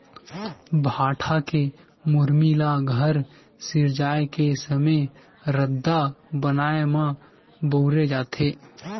भाठा के मुरमी ल घर सिरजाए के समे रद्दा बनाए म बउरे जाथे